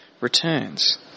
returns